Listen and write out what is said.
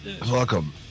Welcome